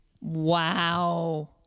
Wow